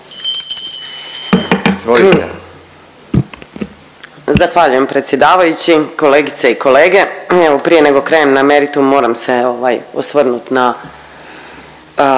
Zahvaljujem predsjedavajući. Kolegice i kolege, evo prije nego krenem na meritum moram se ovaj osvrnut na